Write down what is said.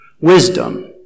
Wisdom